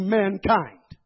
mankind